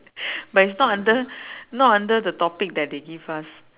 but it's not under not under the topic that they give us